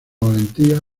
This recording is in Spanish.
valentía